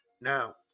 Now